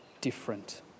different